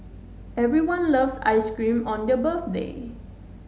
everyone loves ice cream on their birthday